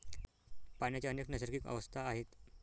पाण्याच्या अनेक नैसर्गिक अवस्था आहेत